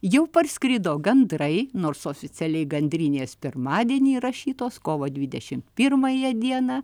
jau parskrido gandrai nors oficialiai gandrinės pirmadienį įrašytos kovo dvidešimt pirmąją dieną